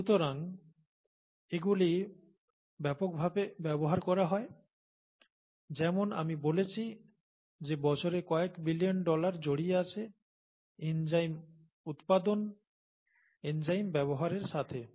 সুতরাং এগুলি ব্যাপকভাবে ব্যবহার করা হয় যেমন আমি বলেছি যে বছরে কয়েক বিলিয়ন ডলার জড়িয়ে আছে এনজাইম এনজাইম উৎপাদন এনজাইম ব্যবহারের সাথে